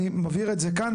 אני מבהיר את זה כאן.